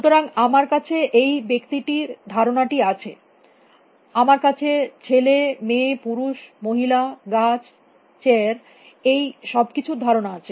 সুতরাং আমার কাছে এই ব্যক্তির ধারণাটি আছে আমার কাছে ছেলে মেয়ে পুরুষ মহিলা গাছ চেয়ার এই সব কিছুর ধারণা আছে